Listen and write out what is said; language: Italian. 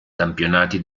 campionati